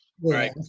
right